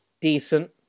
Decent